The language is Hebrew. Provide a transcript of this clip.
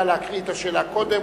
נא להקריא את השאלה קודם,